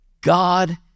God